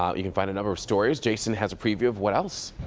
um you can find a number of stories. jason has a preview of what else.